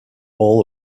all